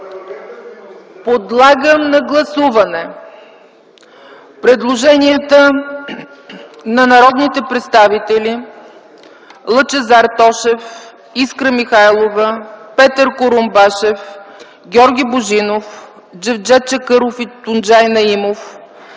Подлагам на гласуване предложенията на народните представители Лъчезар Тошев; Искра Михайлова; Петър Курумбашев; Георги Божинов; Джевдет Чакъров и Тунджай Наимов;